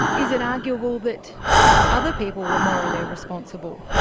is it arguable that other people were morally responsible?